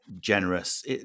generous